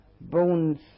bones